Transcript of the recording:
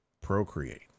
procreate